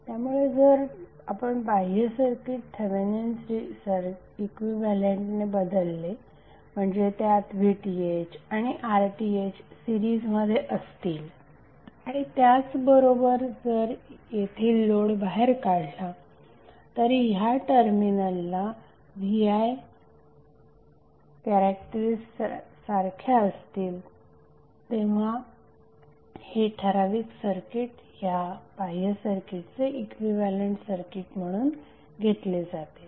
त्यामुळे जर आपण बाह्य सर्किट थेवेनिन्स इक्विव्हॅलेंटने रिप्लेस केले म्हणजे त्यातVThआणि RTh सिरीजमध्ये असतील आणि त्याचबरोबर जर येथील लोड बाहेर काढला तरी ह्या टर्मिनलला V I वैशिष्ठ्या सारख्या असतील तेव्हा हे ठराविक सर्किट त्या बाह्य सर्किटचे इक्विव्हॅलेंट सर्किट म्हणून घेतले जाते